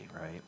right